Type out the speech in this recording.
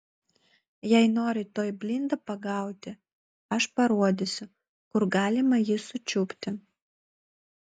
jei nori tuoj blindą pagauti aš parodysiu kur galima jį sučiupti